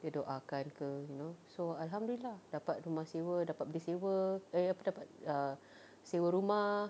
dia doakan ke you know so alhamdulillah dapat rumah sewa dapat beli sewa eh apa dapat err sewa rumah